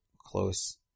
close